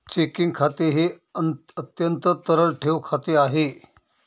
checking खाते हे अत्यंत तरल ठेव खाते आहे